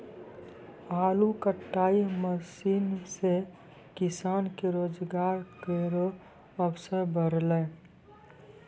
आलू कटाई मसीन सें किसान के रोजगार केरो अवसर बढ़लै